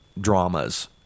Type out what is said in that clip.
dramas